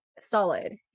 solid